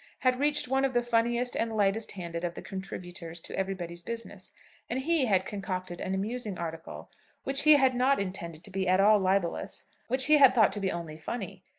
had reached one of the funniest and lightest-handed of the contributors to everybody's business and he had concocted an amusing article which he had not intended to be at all libellous which he had thought to be only funny.